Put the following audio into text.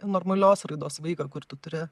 normalios raidos vaiką kur tu turi